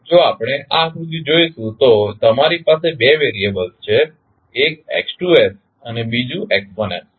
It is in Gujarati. જો આપણે આ આકૃતિ જોઇશું તો તમારી પાસે બે વેરીયબલ્સ છે એક X2 છે અને બીજું X1 છે